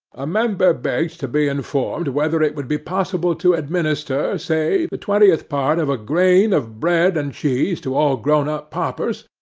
a member begged to be informed whether it would be possible to administer say, the twentieth part of a grain of bread and cheese to all grown-up paupers,